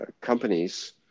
companies